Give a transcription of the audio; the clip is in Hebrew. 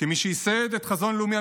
כמי שייסד את "חזון לאומי",